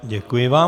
Děkuji vám.